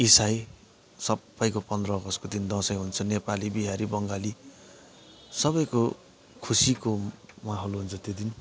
इसाई सबैको पन्ध्र अगस्तको दिन दसैँ हुन्छ नेपाली बिहारी बङ्गाली सबैको खुसीको माहोल हुन्छ त्यो दिन